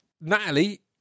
natalie